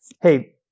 hey